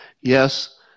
Yes